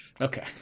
Okay